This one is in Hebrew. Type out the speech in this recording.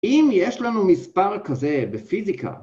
‫אם יש לנו מספר כזה בפיזיקה...